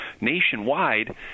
nationwide